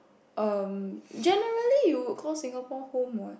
um generally you call Singapore home what